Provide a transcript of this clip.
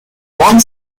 one